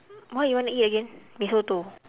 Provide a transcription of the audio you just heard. what you want to eat again mee soto